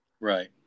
right